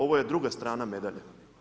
Ovo je druga strana medalje.